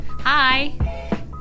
Hi